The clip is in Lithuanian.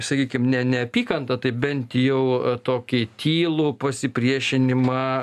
sakykim ne neapykantą tai bent jau tokį tylų pasipriešinimą